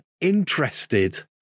interested